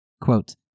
Quote